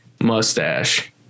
mustache